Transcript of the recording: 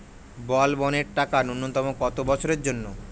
বলবনের টাকা ন্যূনতম কত বছরের জন্য?